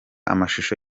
amashusho